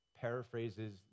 paraphrases